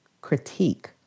critique